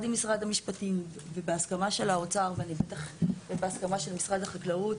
עם משרד המשפטים ובהסכמה של האוצר ובהסכמה של משרד החקלאות,